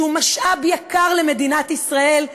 שהוא משאב יקר למדינת ישראל,